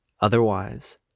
otherwise